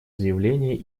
заявления